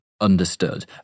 Understood